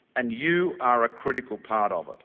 and you are a critical part of it.